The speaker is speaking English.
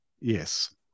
Yes